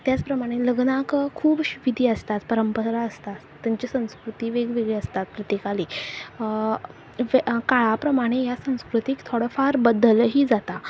त्याच प्रमाणे लग्नाक खूब विधी आसतात परंपरा आसतात तांची संस्कृती वेगवेगळी आसतात प्रत्येकाली काळा प्रमाणे ह्या संस्कृतीक थोडो फार बदल ही जाता